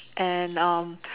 and